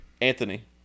Anthony